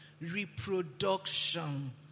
reproduction